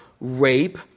rape